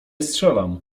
strzelam